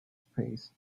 space